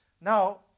Now